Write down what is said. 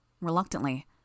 Reluctantly